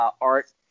art